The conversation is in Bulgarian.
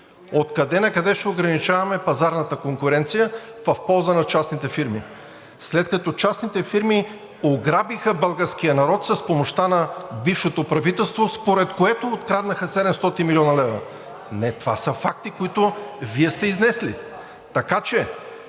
Откъде накъде ще ограничаваме пазарната конкуренция в полза на частните фирми? След като частните фирми ограбиха българския народ с помощта на бившето правителство, според което откраднаха 700 млн. лв. … (Реплики от народния